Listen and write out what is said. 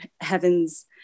heavens